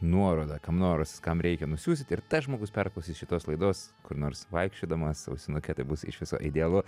nuorodą kam nors kam reikia nusiųsit ir tas žmogus perklausys šitos laidos kur nors vaikščiodamas ausinuke tai bus iš viso idealu